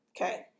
okay